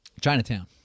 Chinatown